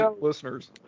listeners